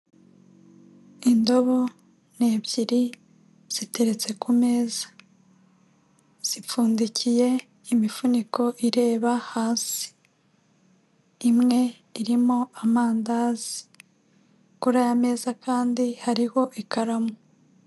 Indobo ni ebyiri ziteretse ku meza, zipfundikiye imifuniko ireba hasi, imwe irimo amandazi, kuri aya meza kandi hariho ikaramu.